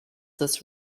this